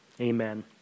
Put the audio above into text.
Amen